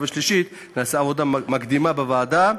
ושלישית בלי שנעשה עבודה מקדימה בוועדה,